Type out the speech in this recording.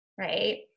Right